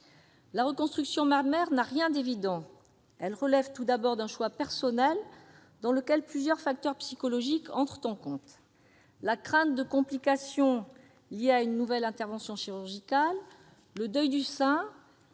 La reconstruction mammaire n'a rien d'évident. Elle relève tout d'abord d'un choix personnel, dans lequel plusieurs facteurs psychologiques entrent en compte : la crainte de complications liées à une nouvelle intervention chirurgicale, le deuil du sein